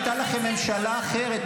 הייתה לכם ממשלה אחרת,